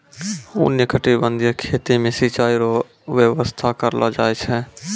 उष्णकटिबंधीय खेती मे सिचाई रो व्यवस्था करलो जाय छै